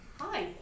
Hi